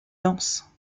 dense